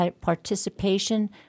participation